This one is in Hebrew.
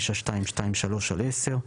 9223/10,